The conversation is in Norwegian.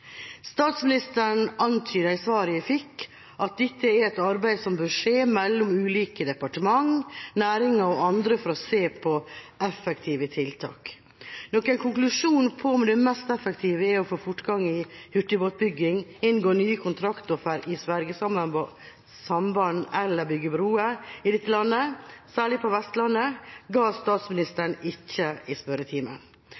Statsministeren antyder i svaret jeg fikk, at dette er et arbeid som bør skje mellom ulike departementer, ulike næringer og andre for å se på effektive tiltak. Noen konklusjon på om det mest effektive er å få fortgang i hurtigbåtbygging, inngå nye kontrakter i fergesamband eller bygge broer i dette landet, særlig på Vestlandet, ga statsministeren ikke i spørretimen.